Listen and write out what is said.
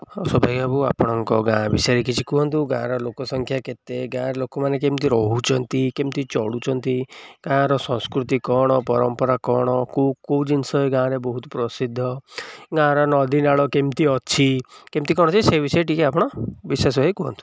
ହଁ ସଭେଇ ବାବୁ ଆପଣଙ୍କ ଗାଁ ବିଷୟରେ କିଛି କୁହନ୍ତୁ ଗାଁର ଲୋକସଂଖ୍ୟା କେତେ ଗାଁରେ ଲୋକମାନେ କେମିତି ରହୁଛନ୍ତି କେମିତି ଚଳୁଛନ୍ତି ଗାଁର ସଂସ୍କୁତି କ'ଣ ପରମ୍ପରା କ'ଣ କୋଉ କୋଉ ଜିନିଷ ଗାଁରେ ବହୁତ ପ୍ରସିଦ୍ଧ ଗାଁର ନଦୀ ନାଳ କେମିତି ଅଛି କେମିତି କ'ଣ ଅଛି ସେହି ବିଷୟରେ ଟିକିଏ ଆପଣ ବିଶେଷ କରି କୁହନ୍ତୁ